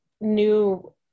new